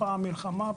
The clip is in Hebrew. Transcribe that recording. פעם מלחמה,